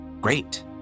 Great